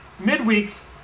midweeks